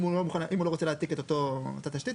אם הוא לא רוצה להעתיק את אותה תשתית,